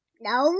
no